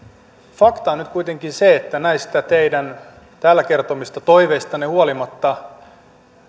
fakta on nyt kuitenkin se että näistä teidän täällä kertomistanne toiveista huolimatta